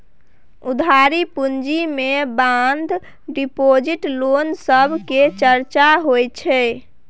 उधारी पूँजी मे बांड डिपॉजिट, लोन सब केर चर्चा होइ छै